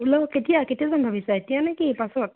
ওলাওঁ কেতিয়া কেতিয়া যাম ভাবিছা এতিয়া নে কি পাছত